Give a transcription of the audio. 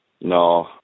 No